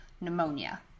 pneumonia